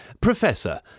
Professor